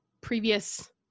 previous